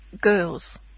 girls